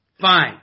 Fine